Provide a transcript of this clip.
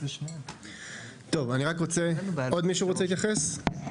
עוד מישהו רוצה להתייחס?